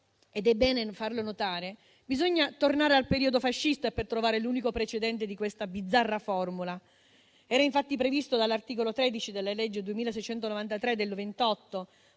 ed è bene farlo notare - bisogna tornare al periodo fascista per trovare l'unico precedente di questa bizzarra formula: era infatti previsto dall'articolo 13 della legge 2693 del